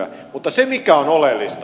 mutta se mikä on oleellista